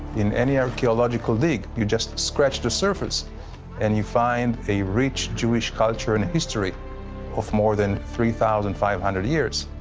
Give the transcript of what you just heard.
in any archeological dig, you just scratch the surface and you find a rich jewish culture and history of more than three thousand five hundred years,